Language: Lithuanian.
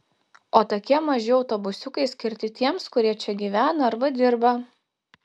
o tokie maži autobusiukai skirti tiems kurie čia gyvena arba dirba